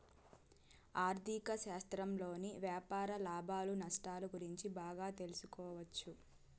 ఆర్ధిక శాస్త్రంలోని వ్యాపార లాభాలు నష్టాలు గురించి బాగా తెలుసుకోవచ్చు